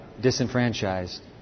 disenfranchised